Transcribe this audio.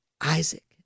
Isaac